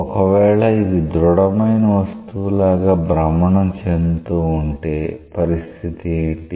ఒకవేళ ఇది ధృడమైన వస్తువు లాగా భ్రమణం చెందుతూ ఉంటే పరిస్థితి ఏంటి